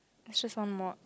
it's just one mod